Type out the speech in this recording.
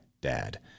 dad